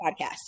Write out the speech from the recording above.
podcast